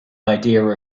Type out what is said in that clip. idea